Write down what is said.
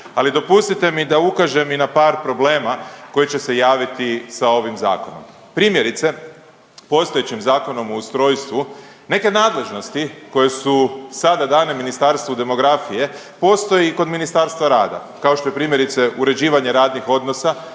ali dopustite mi i da ukažem i na par problema koji će se javiti sa ovim zakonom. Primjerice postojećim Zakonom o ustrojstvu neke nadležnosti koje su sada dane Ministarstvu demografije postoje i kod Ministarstva rada, kao što je primjerice uređivanje radnih odnosa,